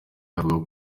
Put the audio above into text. avuga